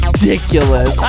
Ridiculous